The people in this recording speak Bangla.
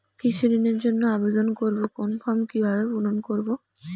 কৃষি ঋণের জন্য আবেদন করব কোন ফর্ম কিভাবে পূরণ করব?